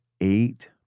eight